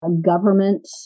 government